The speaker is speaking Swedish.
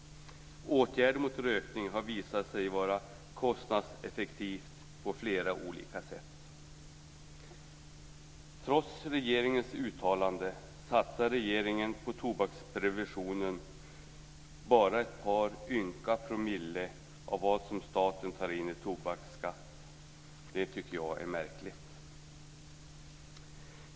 Åtgärder mot rökning har visat sig vara kostnadseffektivt på flera olika sätt Trots regeringens uttalande satsar regeringen på tobaksprevention bara ett par ynka promille av vad staten tar in i tobaksskatt. Det är märkligt.